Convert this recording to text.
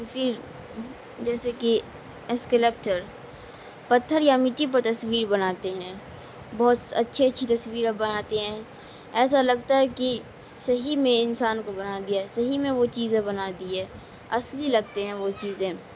پھر جیسے کہ اسکیلپچر پتھر یا مٹی پر تصویر بناتے ہیں بہت اچھی اچھی تصویریں بناتے ہیں ایسا لگتا ہے کہ صحیح میں انسان کو بنا دیا ہے صحیح میں وہ چیزیں بنا دی ہے اصلی لگتے ہیں وہ چیزیں